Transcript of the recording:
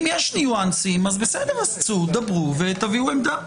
אם יש ניואנסים, בסדר, צאו, דברו ותביאו עמדה.